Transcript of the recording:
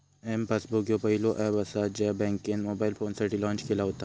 M passbook ह्यो पहिलो app असा ज्या बँकेन मोबाईल फोनसाठी लॉन्च केला व्हता